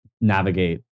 navigate